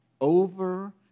over